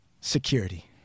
security